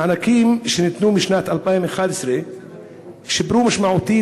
המענקים שניתנו משנת 2011 שיפרו משמעותית